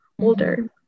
older